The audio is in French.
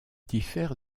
diffère